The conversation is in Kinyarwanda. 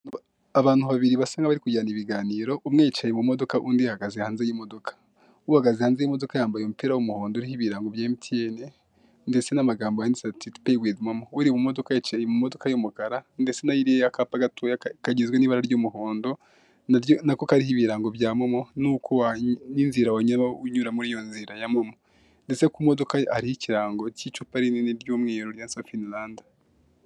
Abantu babiri basa nk'abarikugirana ibiganiro, umwe yicaye mu modoka undi ahahagaze hanze y'imodoka, uhagaze hanze y'imodoka yambaye umupira w'umuhondo, wanditaeho ibirango bya momo ndetse n'amagambo yadiste ati peyi wivu momo uri mu modoka yicaye mu modoka y'umukara ndetse nayo iriho akapa gatoya kagizwe n'ibara ry'umuhondo nako kariho ibirango bya momo n'inzira wanyuramo ya momo, ndetse ku imodoka hariho ikirango cy'icupa rinini ry'umweru ryanditseho finiranda.